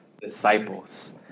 disciples